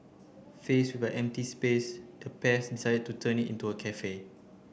faced with an empty space the pairs decided to turn it into a cafe